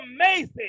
amazing